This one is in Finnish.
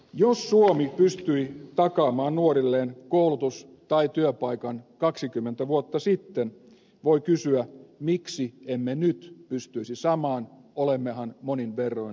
jos suomi pystyi takaamaan nuorilleen koulutus tai työpaikan kaksikymmentä vuotta sitten voi kysyä miksi emme nyt pystyisi samaan olemmehan monin verroin rikkaampia